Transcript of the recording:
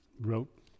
wrote